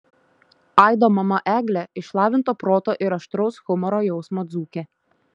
aido mama eglė išlavinto proto ir aštraus humoro jausmo dzūkė